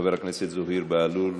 חבר הכנסת זוהיר בהלול,